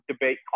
debate